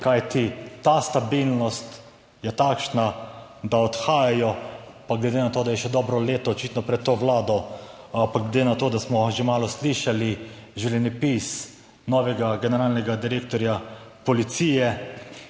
kajti ta stabilnost je takšna, da odhajajo, pa glede na to, da je še dobro leto očitno pred to Vlado, pa glede na to, da smo že malo slišali življenjepis novega generalnega direktorja policije,